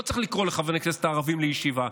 לא צריך לקרוא לחברי הכנסת הערבים לישיבה.